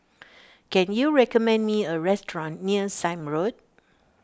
can you recommend me a restaurant near Sime Road